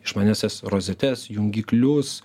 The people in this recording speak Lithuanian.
išmaniąsias rozetes jungiklius